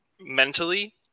mentally